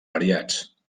variats